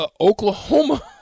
Oklahoma